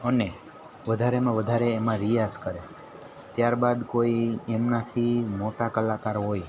અને વધારેમાં વધારે એમાં રિયાઝ કરે ત્યારબાદ કોઈ એમનાથી મોટા કલાકાર હોય